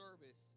service